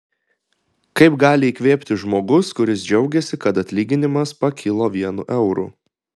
kaip gali įkvėpti žmogus kuris džiaugiasi kad atlyginimas pakilo vienu euru